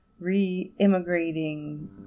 re-immigrating